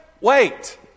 wait